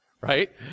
right